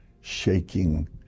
shaking